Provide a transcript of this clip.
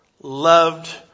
loved